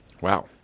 Wow